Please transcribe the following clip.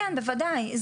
בוודאי,